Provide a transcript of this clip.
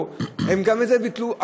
אל-תור, גם את זה ביטלו.